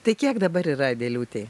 tai kiek dabar yra adelutei